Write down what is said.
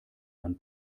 man